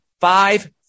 five